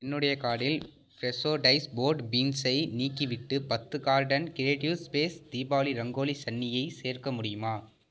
என்னுடைய கார்ட்டில் Fresho dice broad பீன்ஸை நீக்கிவிட்டு பத்து carton creatives space Deepavali rangoli சன்னியை சேர்க்க முடியுமா